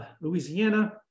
Louisiana